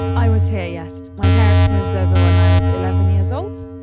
i was here, yes. my parents moved over when i was eleven years old,